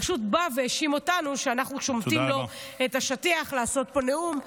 הוא פשוט בא והאשים אותנו שאנחנו שומטים לו את השטיח לעשות פה נאום.